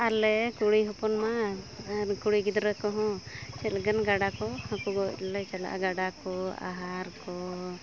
ᱟᱞᱮ ᱠᱩᱲᱤ ᱦᱚᱯᱚᱱ ᱢᱟ ᱟᱨ ᱠᱩᱲᱤ ᱜᱤᱫᱽᱨᱟᱹ ᱠᱚᱦᱚᱸ ᱪᱮᱫ ᱞᱮᱠᱟᱱ ᱜᱟᱰᱟ ᱠᱚ ᱦᱟᱹᱠᱩ ᱜᱚᱡ ᱞᱮ ᱪᱟᱞᱟᱜᱼᱟ ᱜᱟᱰᱟ ᱠᱚ ᱟᱦᱟᱨ ᱠᱚ